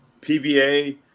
PBA